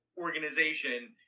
organization